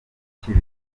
kibi